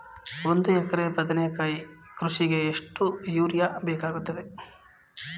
ಒಂದು ಎಕರೆ ಬದನೆಕಾಯಿ ಕೃಷಿಗೆ ಎಷ್ಟು ಯೂರಿಯಾ ಬೇಕಾಗುತ್ತದೆ?